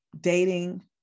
dating